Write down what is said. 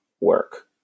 work